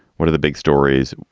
what are the big stories?